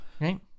Right